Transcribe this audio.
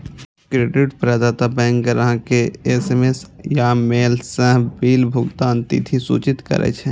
credit प्रदाता bank ग्राहक कें एस.एम.एस या ईमेल सं बिल भुगतानक तिथि सूचित करै छै